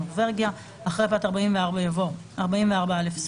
אחרי פרט 36 יבוא: (36א) נורבגיה,